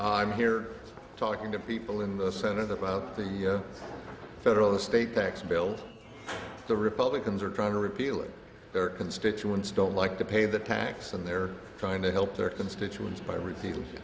i'm here talking to people in the senate about the federal estate tax bill the republicans are trying to repeal it their constituents don't like to pay the tax and they're trying to help their constituents by r